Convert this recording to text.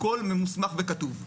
הכול ממוסמך וכתוב.